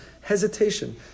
hesitation